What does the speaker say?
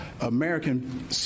American